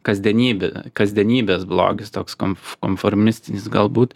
kasdienybė kasdienybės blogis toks konf konformistinis galbūt